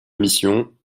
mission